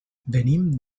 venim